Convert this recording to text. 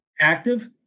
active